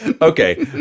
Okay